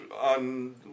On